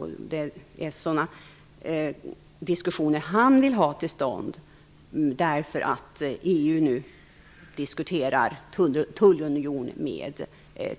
Han vill ha sådana diskussioner till stånd när EU nu diskuterar tullunion med